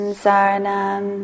saranam